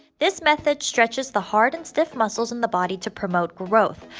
this method stretches the hard and stiff muscles in the body to promote growth.